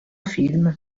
film